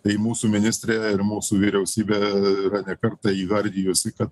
tai mūsų ministrė ir mūsų vyriausybė yra ne kartą įvardijusi kad